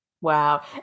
Wow